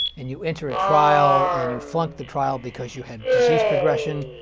and you enter a trial, and you flunk the trial because you had disease progression.